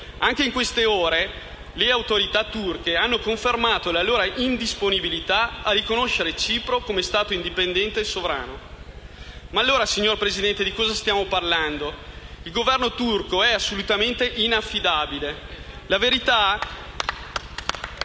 In queste ore le autorità turche hanno confermato la loro indisponibilità a riconoscere Cipro come stato indipendente e sovrano. Allora, Presidente, di cosa stiamo parlando? Il Governo turco è assolutamente inaffidabile. *(Applausi